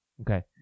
Okay